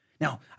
Now